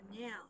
now